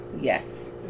Yes